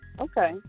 Okay